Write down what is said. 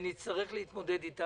ונצטרך להתמודד אתה.